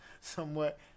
somewhat